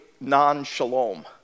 non-shalom